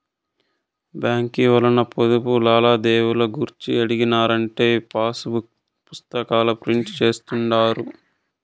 బాంకీ ఓల్లను పొదుపు లావాదేవీలు గూర్చి అడిగినానంటే పాసుపుస్తాకాల ప్రింట్ జేస్తుండారు